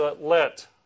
let